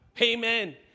Amen